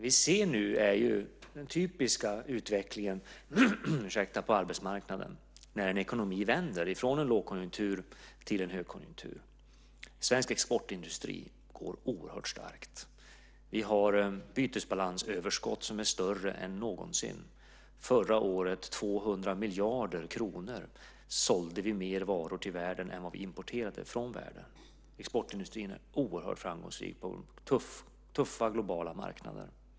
Vad vi nu ser är den typiska utvecklingen på arbetsmarknaden när en ekonomi vänder från lågkonjunktur till högkonjunktur. Svensk exportindustri går oerhört starkt. Vi har ett bytesbalansöverskott som är större än någonsin. Förra året - då handlade det om 200 miljarder kronor - sålde vi mer varor till världen än vi importerade från världen. Exportindustrin är alltså oerhört framgångsrik på tuffa globala marknader.